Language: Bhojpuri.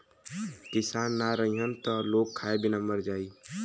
किसान ना रहीहन त लोग खाए बिना मर जाई